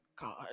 God